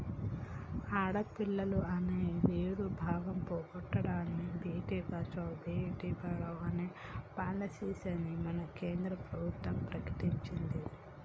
ఆడపిల్లలు అనే వేరు భావం పోగొట్టనని భేటీ బచావో బేటి పడావో అనే పాలసీని మన కేంద్ర ప్రభుత్వం ప్రకటించింది